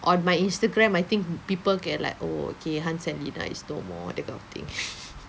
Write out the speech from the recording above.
on my Instagram I think people can like oh okay Hans and Lina is no more that kind of thing